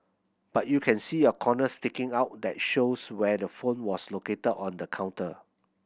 but you can see a corner sticking out that shows where the phone was located on the counter